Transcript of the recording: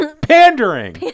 Pandering